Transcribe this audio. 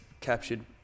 captured